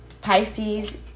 Pisces